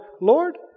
Lord